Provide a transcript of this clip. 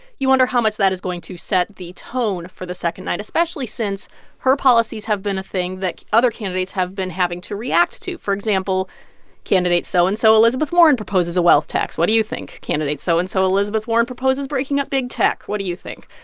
you wonder how much that is going to set the tone for the second night, especially since her policies have been a thing that other candidates have been having to react to. for example candidate so and so-and-so, elizabeth warren proposes a wealth tax. what do you think? candidates so and so, elizabeth warren proposes breaking up big tech. what do you think?